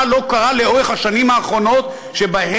מה לא קרה לאורך השנים האחרונות שבהן,